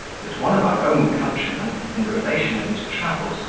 that one of our own countrymen, in the relation of his travels,